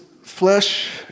Flesh